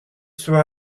suo